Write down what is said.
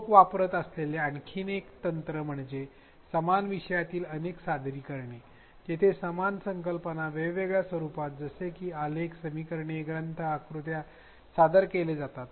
लोक वापरत असलेले आणखी एक तंत्र म्हणजे समान विषयांमधील अनेक सादरीकरणे जेथे समान संकल्पना वेगवेगळ्या स्वरूपात जसे की आलेख समीकरणे ग्रंथ आकृत्या सादर केल्या जातात